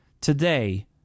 Today